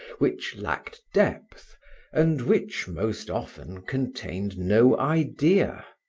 which lacked depth and which, most often, contained no idea.